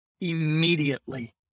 immediately